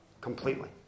Completely